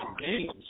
games